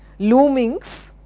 loomings,